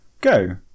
Go